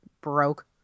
broke